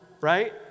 right